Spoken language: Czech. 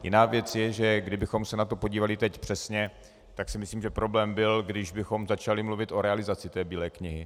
Jiná věc je, že kdybychom se na to podívali teď přesně, tak si myslím, že problém by byl, když bychom začali mluvit o realizaci té Bílé knihy.